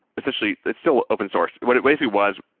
essentially, it's still open source. what it basically was,